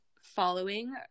following